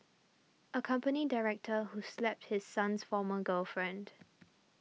a company director who slapped his son's former girlfriend